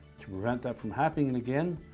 to prevent that from happening and again,